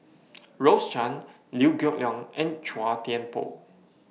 Rose Chan Liew Geok Leong and Chua Thian Poh